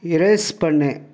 erase பண்ணு